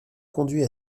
conduit